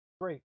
great